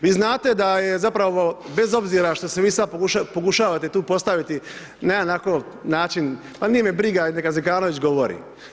Vi znate da je zapravo bez obzira što se vi sad pokušavate tu postaviti na jedan onako način, pa nije me briga, neka Zekanović govori.